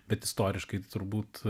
bet istoriškai tai turbūt